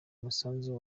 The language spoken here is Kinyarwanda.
umusanzu